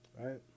Right